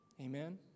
Amen